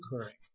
occurring